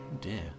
Dear